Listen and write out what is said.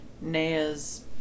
Naya's